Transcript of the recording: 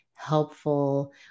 Helpful